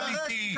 האמיתי.